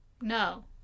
No